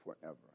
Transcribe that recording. forever